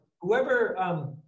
whoever